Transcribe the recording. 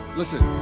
listen